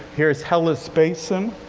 here's hellas basin,